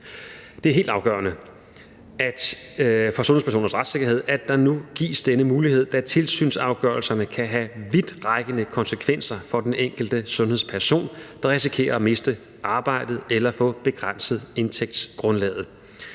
Det er helt afgørende for sundhedspersoners retssikkerhed, at der nu gives den mulighed, da tilsynsafgørelserne kan have vidtrækkende konsekvenser for den enkelte sundhedsperson, der risikerer at miste arbejdet eller få begrænset indtægtsgrundlaget.